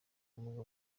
ubumuga